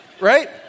right